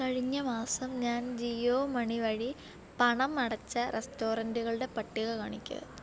കഴിഞ്ഞ മാസം ഞാൻ ജിയോ മണി വഴി പണം അടച്ച റെസ്റ്റോറൻറുകളുടെ പട്ടിക കാണിക്കുക